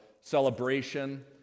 celebration